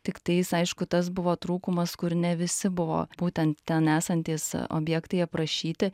tiktais aišku tas buvo trūkumas kur ne visi buvo būtent ten esantys objektai aprašyti